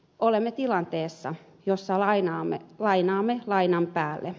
olemme tilanteessa jossa lainaamme lainan päälle